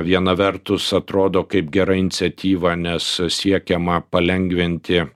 viena vertus atrodo kaip gera iniciatyva nes siekiama palengvinti